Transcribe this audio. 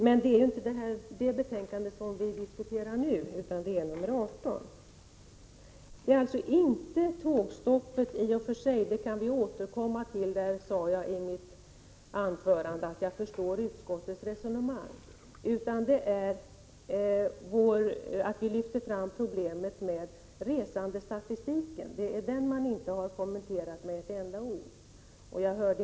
men nu diskuterar vi inte betänkande nr 17, utan betänkande nr 18. Tågens uppehåll i och för sig kan vi återkomma till. Jag sade i mitt anförande att jag förstår utskottets resonemang, men resandestatistiken har utskottet inte kommenterat med ett enda ord.